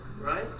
right